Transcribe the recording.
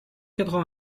quatre